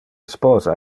sposa